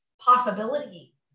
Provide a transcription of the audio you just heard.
possibility